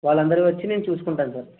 వాళ్ళు అందరివి వచ్చి నేను చూసుకుంటాను సార్